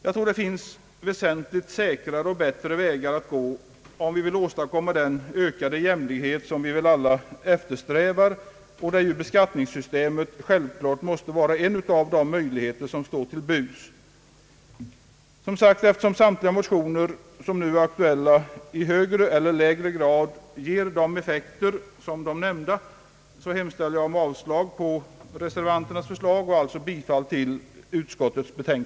Jag tror att det finns väsentligt säkrare och bättre vägar att gå om vi vill åstadkomma den ökade jämlikhet som vi väl alla eftersträvar, och där måste skattesystemet som sådant självklart vara en av de möjligheter som står till buds. tioner i högre eller lägre grad ger de effekter som här nämnts, hemställer jag om avslag på reservänternas förslag och alltså om bifall till utskottets hemställan.